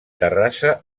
terrassa